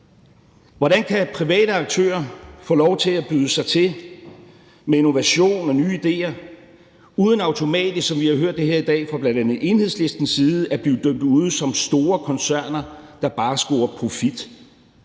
Hvordan kan private aktører få lov til at byde sig til med innovation og nye idéer uden automatisk, som vi har hørt det her i dag fra bl.a. Enhedslistens side, at blive dømt ude som store koncerner, der bare scorer profit,